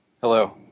Hello